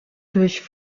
durch